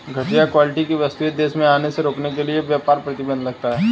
घटिया क्वालिटी की वस्तुएं देश में आने से रोकने के लिए व्यापार प्रतिबंध लगता है